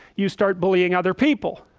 you start bullying other people